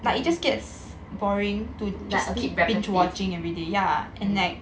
like a bit repetitive